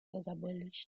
abolished